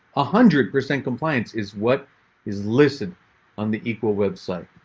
ah hundred percent compliance is what is listed on the equal web site.